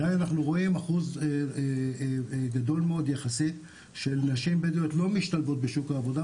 אנחנו רואים אחוז גדול מאוד יחסית של נשים שלא משתלבות בשוק העבודה,